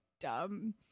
dumb